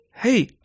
Hey